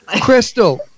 Crystal